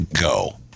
go